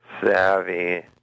savvy